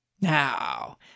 Now